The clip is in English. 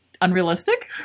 unrealistic